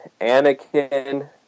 Anakin